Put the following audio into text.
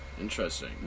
Interesting